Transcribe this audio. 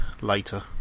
later